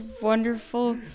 Wonderful